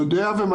אני יודע ומעריך.